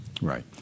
Right